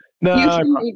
no